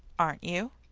aren't you?